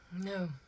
No